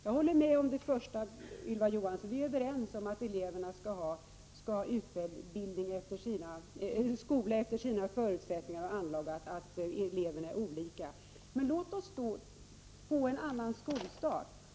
Jag håller med Ylva Johansson om det första: vi är överens om att eleverna skall ha en skola efter sina förutsättningar och anlag och att eleverna är olika. Men låt oss då få en annan skolstart!